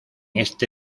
este